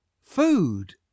food